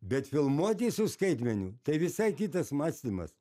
bet filmuoti su skaitmeniu tai visai kitas mąstymas